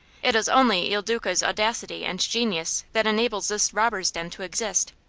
it is only il duca's audacity and genius that enables this robber's den to exist.